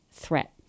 threat